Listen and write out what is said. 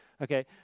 okay